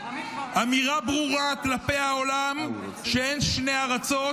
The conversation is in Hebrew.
אמירה ברורה כלפי העולם שאין שתי ארצות,